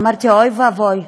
אמרתי: אוי ואבוי,